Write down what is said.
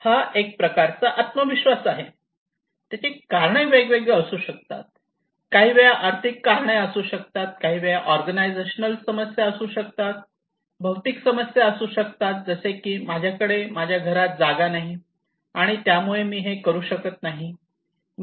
हा एक प्रकारचा आत्मविश्वास आहे त्याचे कारणे वेगवेगळी असू शकतात काहीवेळा आर्थिक कारणे असू शकतात काहीवेळा ऑर्गनायझेशनल समस्या असू शकतात भौतिक समस्या असू शकतात जसे की माझ्याकडे माझ्या घरात जागा नाही आणि त्यामुळे मी हे करू शकत नाही